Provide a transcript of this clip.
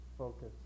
focus